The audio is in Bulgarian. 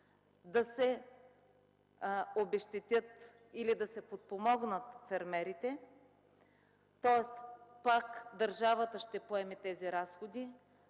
да се обезщетят или да се подпомогнат фермерите. Тоест пак държавата ще поеме тези разходи,